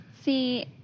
See